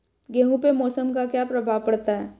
गेहूँ पे मौसम का क्या प्रभाव पड़ता है?